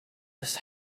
this